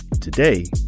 today